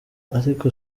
ariko